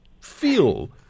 feel